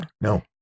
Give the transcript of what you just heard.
No